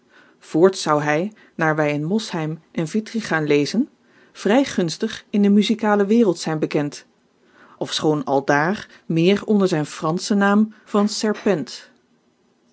voorts zou hy naar wy in mosheim en vitringa lezen vry gunstig in de muziekale wereld zijn bekend ofschoon aldaar meer onder zijn franschen naam van